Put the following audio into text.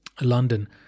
London